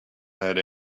had